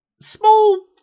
Small